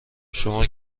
شما